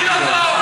השאלה היא פשוטה,